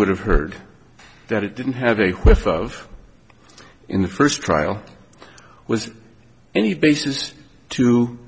would have heard that it didn't have a whiff of in the first trial was any basis to